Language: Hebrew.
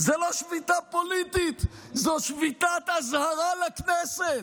זו לא שביתה פוליטית, זו שביתת אזהרה לכנסת.